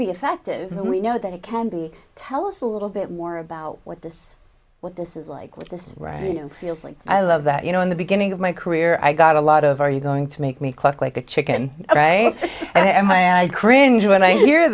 be effective we know that it can be tell us a little bit more about what this what this is like with this right feels like i love that you know in the beginning of my career i got a lot of are you going to make me cluck like a chicken right and i and i cringe when i hear